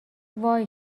وای